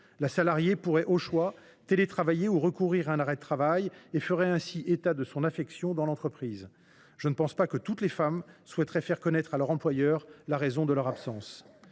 La salariée pourrait, au choix, télétravailler ou recourir à un arrêt de travail ; en tout cas, elle ferait ainsi état de son affection dans l’entreprise. Je ne pense pas que toutes les femmes souhaiteraient faire connaître à leur employeur la raison de leur absence.